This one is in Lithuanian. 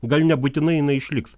gal nebūtinai inai išliks